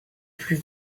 plus